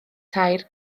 tair